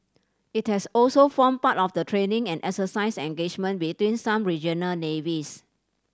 it has also formed part of the training and exercise engagement between some regional navies